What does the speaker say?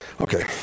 Okay